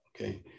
Okay